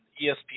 ESPN